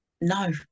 No